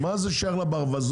מה זה שייך לברווזון?